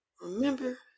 Remember